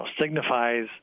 signifies